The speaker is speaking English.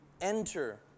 enter